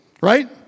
right